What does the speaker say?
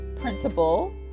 printable